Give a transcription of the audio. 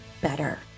better